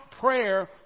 prayer